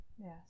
Yes